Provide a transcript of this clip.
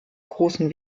großen